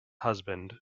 husband